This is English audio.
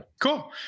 Cool